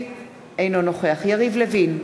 אינו נוכח יריב לוין,